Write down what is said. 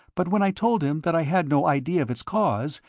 but when i told him that i had no idea of its cause,